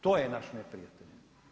To je naš neprijatelj.